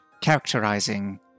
characterizing